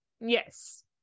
Yes